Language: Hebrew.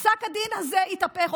פסק הדין הזה התהפך,